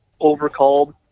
overcalled